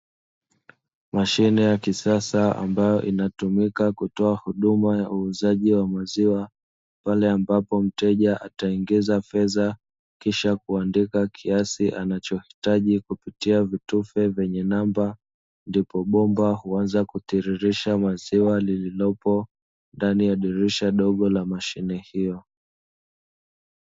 Mashine ya kisasa ambayo inatumika kutoa huduma ya uuzaji wa maziwa pale ambapo mteja ataingiza fedha kisha kuandika kiasi anachohitaji kupitia vitufe vyenye namba, ndipo bomba huanza kutiririsha maziwa lililopo ndani ya dirissha dogo la mashine hiyo.